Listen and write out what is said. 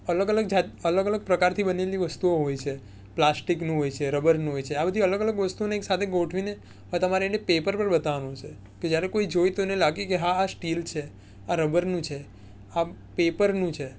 અલગ અલગ પ્રકારની વસ્તુઓ હોય છે પ્લાસ્ટિકનું હોય છે રબરનું હોય છે આ બધી અલગ અલગ વસ્તુને એક સાથે ગોઠવીને હવે તમારે પેપર પર બતાવવાનું છે કે જ્યારે કોઈ જોવે તો એને લાગે હા આ સ્ટીલ છે આ રબરનું છે આ પેપરનું છે